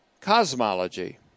Cosmology